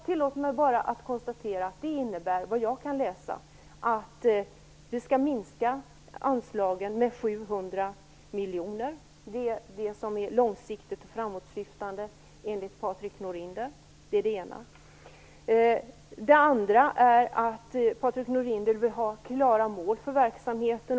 Tillåt mig bara konstatera att det innebär, vad jag kan läsa, att anslagen skall minska med 700 miljoner. Det är det som är långsiktigt och framåtsyftande, enligt Patrik Norinder. Det är det ena. Det andra är att Patrik Norinder vill ha klara mål för verksamheten.